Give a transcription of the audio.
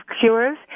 Cures